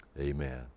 amen